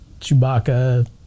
Chewbacca